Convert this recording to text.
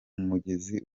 mugezi